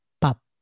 Pop